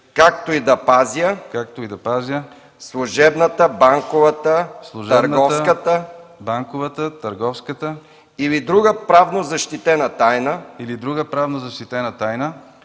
както и да пазя служебната, банковата, търговската или друга правно защитена тайна,